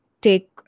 take